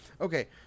okay